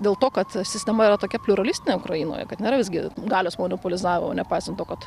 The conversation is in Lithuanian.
dėl to kad sistema yra tokia pliuralistinė ukrainoj kad nėra visgi galios monopolizavo nepaisant to kad